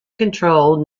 controlled